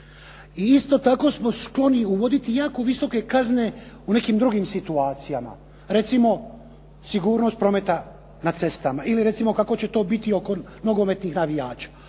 i isto tako smo skloni uvoditi jako visoke kazne u nekim drugim situacijama, recimo sigurnost prometa na cestama. Ili recimo kako će to biti oko nogometnih navijača.